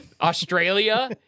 Australia